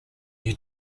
new